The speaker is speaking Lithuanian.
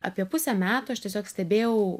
apie pusę metų aš tiesiog stebėjau